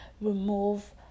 remove